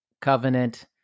Covenant